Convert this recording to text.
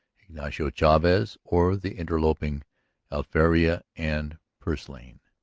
ignacio chavez or the interloping alfileria and purslane.